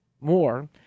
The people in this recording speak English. more